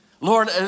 Lord